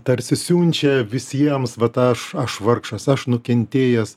tarsi siunčia visiems vat aš aš vargšas aš nukentėjęs